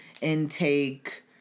intake